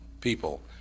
people